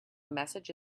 message